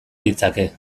ditzake